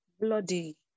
bloody